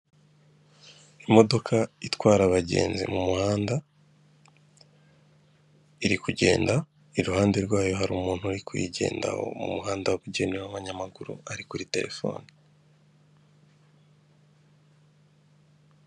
Imodoka itwara abagenzi mu muhanda iri kugenda iruhande rwayo hari umuntu uri kuyigendaho mu muhanda wabugenewe w'abanyamaguru ari kuri telefone.